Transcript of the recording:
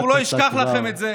הציבור לא ישכח לכם את זה,